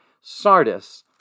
Sardis